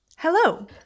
Hello